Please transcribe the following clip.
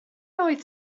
oedd